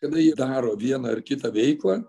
kada jie daro vieną ar kitą veiklą